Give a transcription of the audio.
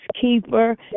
keeper